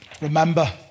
remember